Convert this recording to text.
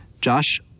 Josh